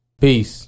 Peace